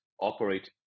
operate